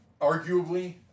Arguably